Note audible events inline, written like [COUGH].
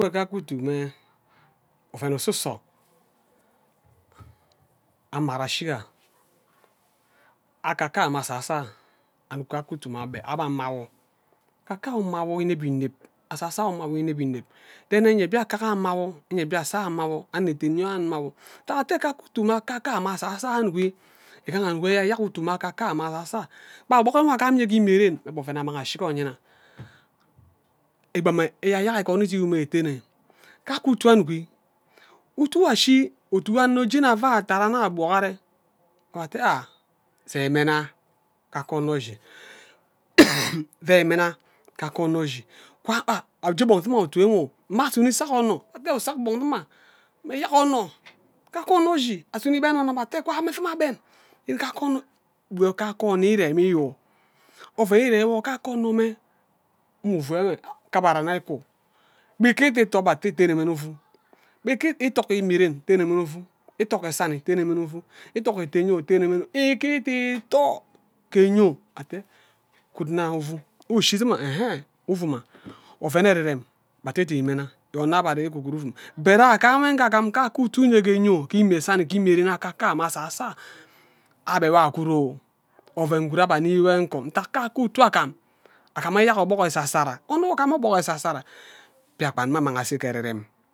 Kwe ka ke utu mme oven ususo amara shiga akakawo mma asaso anuk kake utu mma abhe ama wo akaka wo ima wo ineb ineb asasa wo uma wo ineb ineb then amme mbiakak ama wo mbia se wo ama wo onno etho yon ayor ama wo ate kake itu mme akaka yo mme asasa yo anuk igaha anuk eyeyak uta mme akaka yo mme asa so anyo gba obok nwo agam nye ke imie ren mme gba nke amang mme ashi ke onwina egbi ama eyeyak ekwon nwo ije irom etene kake utu anuki utu nwo ashi kime anno avai atad inai ugbok are abhe ate [UNINTELLIGIBLE] kake onno eshi [UNINTELLIGIBLE] isai mme nna kake onno eshi [HESITATION] aje ogbon jeke enwe otu enwe mma asuno isak onno abhe atte aje bon rim mme eyak onno kake onne eshi asuno igben onno abhe ate wan agben nnye kake onno wo kake onno irem i [HESITATION] aven irem ivo kake mme [HESITATION] kpa ki to ito tene mme se ufu ito ke imiek ito ke sani atene mme nje afun ito ke etho enyo tene gbi ki itoito [HESITATION] ke eyo ashi rima [HESITATION] afu mma oven ererem abhe dimi mme nna yen onno abe are eguud uvuma awo jen ayam ka ke utu nje ke imi yon imbie chani then akaka ayo mma asasa anyo abhe wo a oven gwud abhe amim nwo ke ngor nta kake aya utu agam nke nta agam eyak obok esesara onno wo ugham obok esesana mbiakpan mme amang arem uked